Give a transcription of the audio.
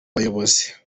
bayobozi